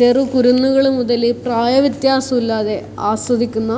ചെറു കുരുന്നുകൾ മുതൽ പ്രായവ്യത്യാസം ഇല്ലാതെ ആസ്വദിക്കുന്ന